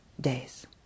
days